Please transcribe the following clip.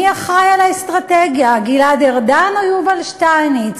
מי אחראי לאסטרטגיה, גלעד ארדן או יובל שטייניץ?